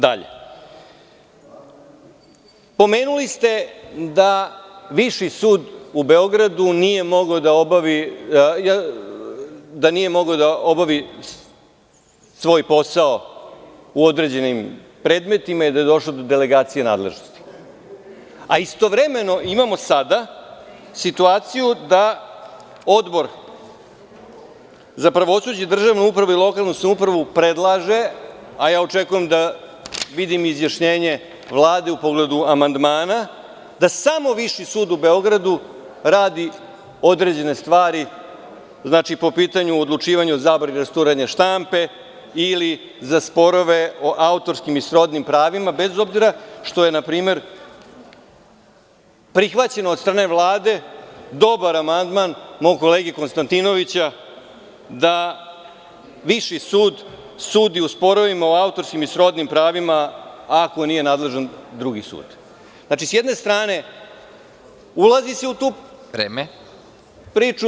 Dalje, pomenuli ste da Viši sud u Beogradu nije mogao da obavi svoj posao u određenim predmetima i da je došlo do delegacije nadležnosti, a istovremeno imamo sada situaciju da Odbor za pravosuđe, državnu upravu i lokalnu samoupravu predlaže, a ja očekujem da vidim izjašnjenje Vlade u pogledu amandmana, da samo Viši sud u Beogradu radi određene stvari, znači po pitanju odlučivanja o zabrani rasturanja štampe ili za sporove o autorskim i srodnim pravima, bez obzira što je na primer, prihvaćen od strane Vlade, dobar amandman mog kolege Konstantinovića, da Viši sud sudi u sporovima o autorskim i srodnim pravima ako nije nadležan drugi sud. (Predsednik: Vreme.) Znači, s jedne strane ulazi se u tu priču…